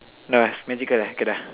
no ah magical eh